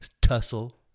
tussle